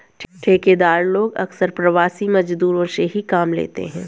ठेकेदार लोग अक्सर प्रवासी मजदूरों से ही काम लेते हैं